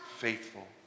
Faithful